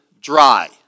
dry